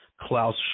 Klaus